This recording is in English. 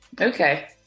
okay